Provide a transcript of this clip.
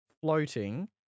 floating